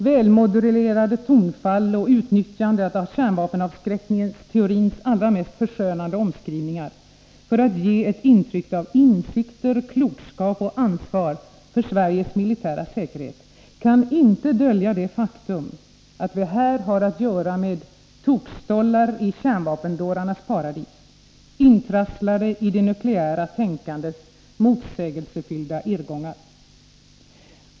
Välmodulerade tonfall och utnyttjandet av kärnvapenavskräckningsteorins allra mest förskönande omskrivningar för att ge ett intryck av insikter, klokskap och ansvar för Sveriges militära säkerhet kan inte dölja det faktum att vi här har att göra med ”tokstollar” i ”kärnvapendårarnas paradis”, intrasslade i det nukleära tänkandets motsägelsefyllda irrgångar.